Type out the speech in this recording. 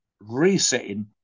resetting